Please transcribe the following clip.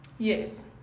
Yes